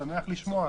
אני שמח לשמוע.